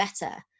better